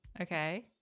Okay